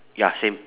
ya same